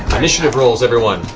initiative rolls, everyone.